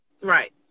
Right